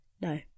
no